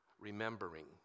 remembering